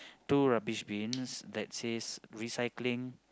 two rubbish bins that says recycling